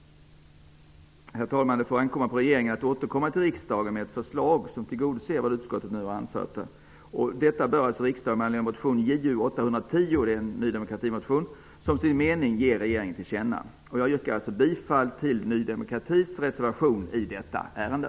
Herr talman! Det får ankomma på regeringen att återkomma till riksdagen med ett förslag som tillgodoser vad utskottet nu har anfört. Detta bör riksdagen med anledning av Ny demokratis motion Ju810 som sin mening ge regeringen till känna. Jag yrkar bifall till Ny demokratis reservation i detta ärende.